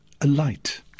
alight